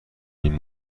این